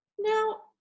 Now